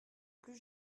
plus